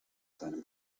seinem